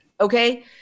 okay